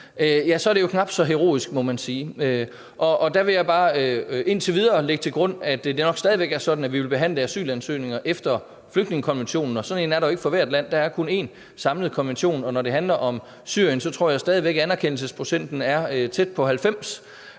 lande, så er det knap så heroisk, må man sige, og der vil jeg bare indtil videre lægge til grund, at det nok stadig væk er sådan, at vi vil behandle asylansøgninger efter flygtningekonventionen, men sådan en er der jo ikke for hvert land, der er kun én samlet konvention. Jeg tror stadig væk, at anerkendelsesprocenten i Syrien er tæt på 90,